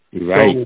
Right